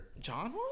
John